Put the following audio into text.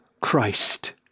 Christ